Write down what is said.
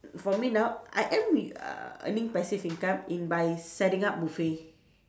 for me now I am re~ uh earning passive income in by setting up buffet